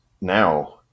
now